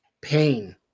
pain